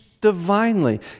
Divinely